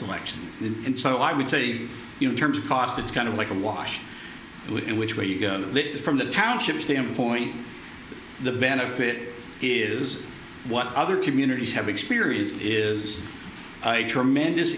collection and so i would say in terms of cost it's kind of like a wash it which way you go from the township standpoint the benefit is what other communities have experienced is a tremendous